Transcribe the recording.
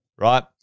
right